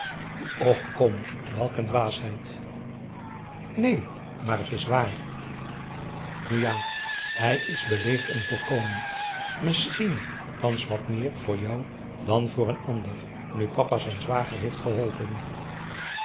och kom welk een dwaasheid neen maar het is waar nu ja hij is beleefd en voorkomend misschien thans wat meer voor jou dan voor n ander nu papa zijn zwager heeft geholpen